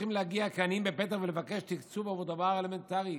צריכים להגיע כעניים בפתח ולבקש תקצוב עבור דבר אלמנטרי?